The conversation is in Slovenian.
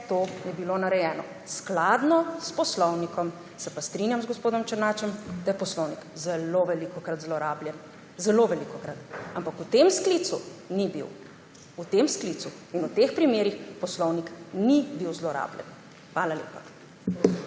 to je bilo narejeno skladno s poslovnikom. Se pa strinjam z gospodom Černačem, da je poslovnik zelo velikokrat zlorabljen, ampak v tem sklicu ni bil. V tem sklicu in v teh primerih poslovnik ni bil zlorabljen. Hvala lepa.